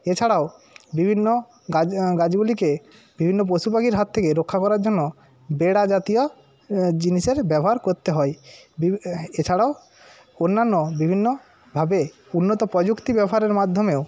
এছাড়াও বিভিন্ন গাছ গাছগুলিকে বিভিন্ন পশুপাখির হাত থেকে রক্ষা করার জন্য বেড়া জাতীয় জিনিসের ব্যবহার করতে হয় বিভি এছাড়াও অন্যান্য বিভিন্নভাবে উন্নত প্রযুক্তি ব্যবহারের মাধ্যমেও